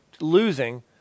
losing